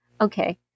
Okay